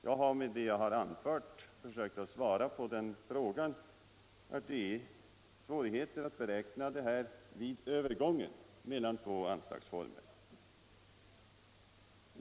Jag har med det jag anfört försökt svara på den frågan. Det är svårt att beräkna beloppet vid övergången mellan två anslagsformer.